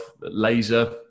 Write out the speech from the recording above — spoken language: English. laser